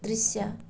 दृश्य